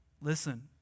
Listen